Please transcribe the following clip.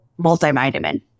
multivitamin